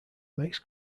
makes